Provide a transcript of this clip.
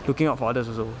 looking out for others also